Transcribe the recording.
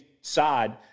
side